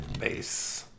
base